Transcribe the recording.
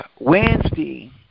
Wednesday